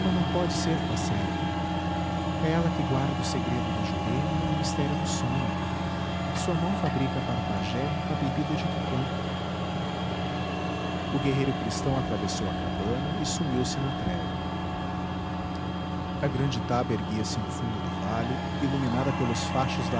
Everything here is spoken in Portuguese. não pode ser tua serva é ela que guarda o segredo da jurema e o mistério do sonho sua mão fabrica para o pajé a bebida de tupã o guerreiro cristão atravessou a cabana e sumiu-se na treva a grande taba erguia-se no fundo do vale iluminada pelos fachos